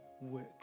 work